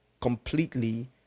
completely